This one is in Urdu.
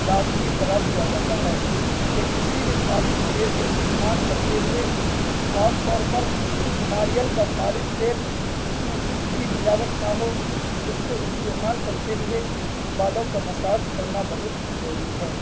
لازمی قرار دیا جاتا ہے کہ کسی بھی خالص تیل کا استعمال کرتے ہوئے خاص طور پر ناریل کا خالص تیل جس میں کچھ بھی ملاوٹ نہ ہو اس کو استعمال کرتے ہوئے بالوں کا مساج کرنا بہت ضروڑی ہے